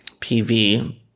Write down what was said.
PV